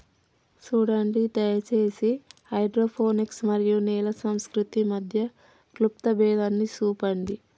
సూడండి దయచేసి హైడ్రోపోనిక్స్ మరియు నేల సంస్కృతి మధ్య క్లుప్త భేదాన్ని సూపండి